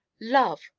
love!